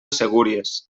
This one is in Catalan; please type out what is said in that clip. segúries